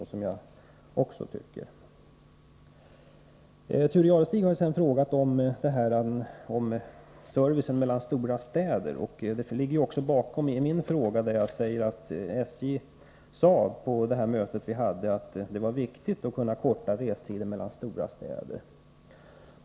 Thure Jadestig har vidare frågat om servicen mellan stora städer. Detta ligger också bakom min interpellation, där jag nämner att SJ vid detta möte sade att det är viktigt att kunna korta restiderna mellan stora städer.